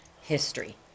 history